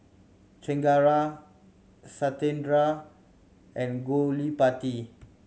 Chengara Satyendra and Gottipati